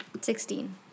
Sixteen